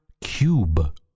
Cube